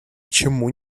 чему